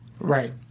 Right